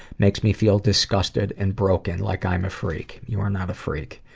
makes me feel disgusted and broken, like i'm a freak. you are not a freak.